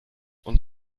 und